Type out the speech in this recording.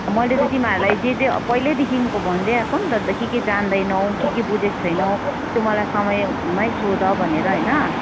मैले त तिमीहरूलाई जे जे पहिल्यैदेखिको भन्दै आएको नि त के के जान्दैनौ के के बुझेको छैनौ त्यो मलाई समयमै सोध भनेर होइन